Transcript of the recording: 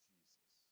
Jesus